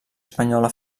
espanyola